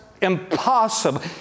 impossible